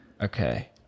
okay